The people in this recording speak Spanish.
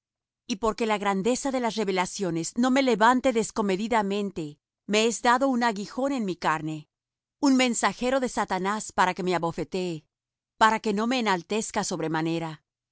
y porque la grandeza de las revelaciones no me levante descomedidamente me es dado un aguijón en mi carne un mensajero de satanás que me abofetee para que no me enaltezca